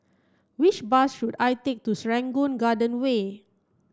which bus should I take to Serangoon Garden Way